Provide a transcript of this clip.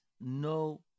no